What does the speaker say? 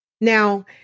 Now